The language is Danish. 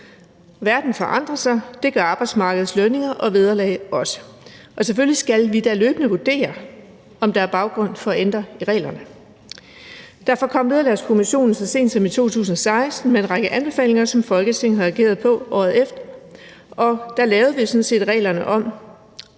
Verden forandrer sig, og det gør arbejdsmarkedets lønninger og vederlag også, og vi skal da selvfølgelig løbende vurdere, om der er baggrund for at ændre på reglerne. Derfor kom Vederlagskommissionen så sent som i 2016 med en række anbefalinger, som Folketinget reagerede på året efter, og der lavede vi sådan set reglerne om,